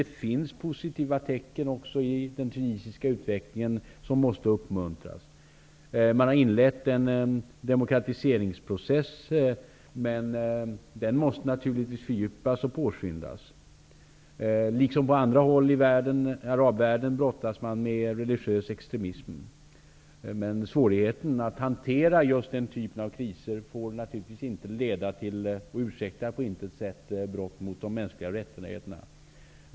Det finns också positiva tecken i den tunisiska utvecklingen vilka måste uppmuntras. Man har inlett en demokratiseringsprocess, men den måste naturligtvis fördjupas och påskyndas. Liksom på andra håll i arabvärlden brottas man med religiös extremism. Men svårigheten att hantera den typen av kriser ursäktar naturligtvis inte på något sätt brott mot de mänskliga rättigheterna.